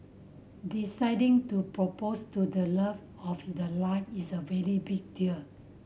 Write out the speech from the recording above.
deciding to propose to the love of you the life is a very big deal